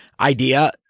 idea